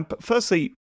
Firstly